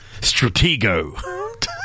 Stratego